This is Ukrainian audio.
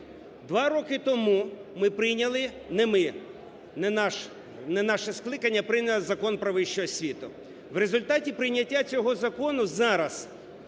Два роки тому ми прийняли… не ми, не наше скликання прийняло Закон "Про вищу освіту". В результаті прийняття цього закону зараз